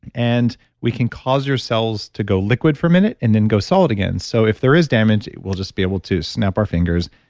and we can cause your cells to go liquid for a minute and then go solid again. so, if there is damage, we'll just be able to snap our fingers,